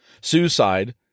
Suicide